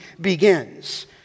begins